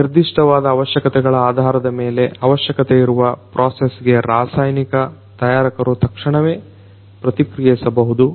ನಿರ್ದಿಷ್ಟವಾದ ಅವಶ್ಯಕತೆಗಳ ಆಧಾರಮೇಲೆ ಅವಶ್ಯಕತೆಯಿರುವ ಪ್ರೊಸೆಸ್ಗೆ ರಾಸಾಯನಿಕ ತಯಾರಕರು ತಕ್ಷಣವೇ ಪ್ರತಿಕ್ರಿಯಿಸಬಹುದು